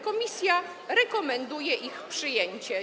Komisja rekomenduje ich przyjęcie.